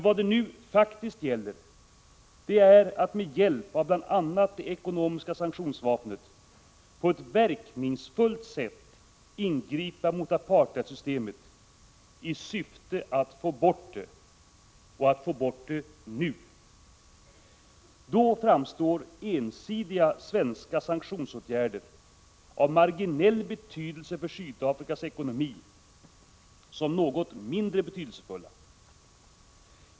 Vad det nu faktiskt gäller är att, med hjälp av bl.a. det ekonomiska sanktionsvapnet, på ett verkningsfullt sätt ingripa mot apartheidsystemet i syfte att få bort det — och att få bort det nu! Då framstår ensidiga svenska sanktionsåtgärder, av marginell betydelse för Sydafrikas ekonomi, som något mindre betydelsefulla.